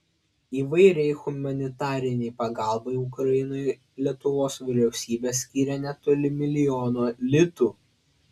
įvairiai humanitarinei pagalbai ukrainai lietuvos vyriausybė skyrė netoli milijono litų